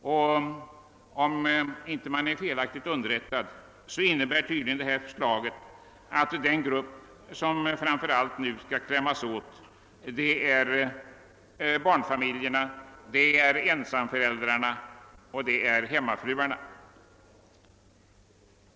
Om jag inte är felaktigt underrättad innebär förslaget att de grupper som framför allt kläms åt är barnfamiljerna, de ensamstående föräldrarna och hemmafruarna.